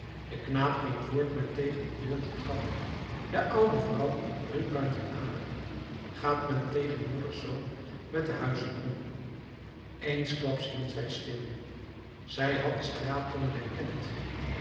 de knaap ging voort met tegen de deur te trappen de oude vrouw riep buiten adem gaat men tegenwoordig zoo met de huizen om eensklaps hield zij stil zij had den straatjongen herkend